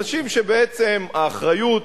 אנשים שבעצם האחריות,